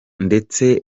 ndetse